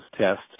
tests